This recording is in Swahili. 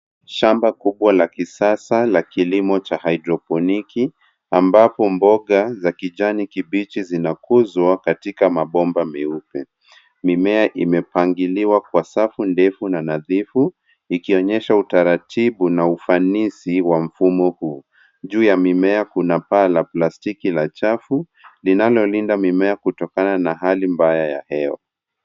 Shamba kubwa la kisasa la kilimo cha haidroponiki ambapo mboga ya kijani kibichi zinakuzwa katika mabomba meupe. Mimea imepangiliwa kwa safu ndefu na nadhifu ikionyesha utaratibu na ufanisi wa mfumo huu. Juu ya mimea kuna paa la plastiki la chafu linalolinda mimea kutokana na hali mbaya ya hewa.